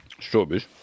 strawberries